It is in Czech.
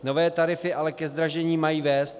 Nové tarify ale ke zdražení mají vést.